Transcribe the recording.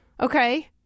okay